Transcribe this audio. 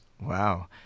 Wow